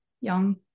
young